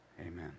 Amen